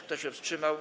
Kto się wstrzymał?